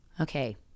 Okay